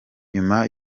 nyuma